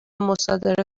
مصادره